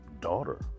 daughter